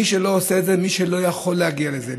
מי שלא יכול להגיע לזה,